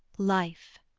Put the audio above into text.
life